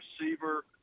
receiver